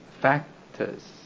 factors